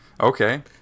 Okay